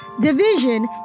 division